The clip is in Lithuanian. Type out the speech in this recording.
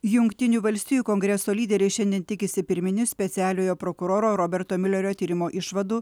jungtinių valstijų kongreso lyderiai šiandien tikisi pirminių specialiojo prokuroro roberto miulerio tyrimo išvadų